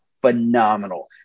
phenomenal